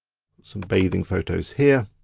some bathing photos here.